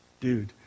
dude